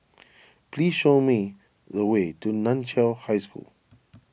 please show me the way to Nan Chiau High School